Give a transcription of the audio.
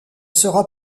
sera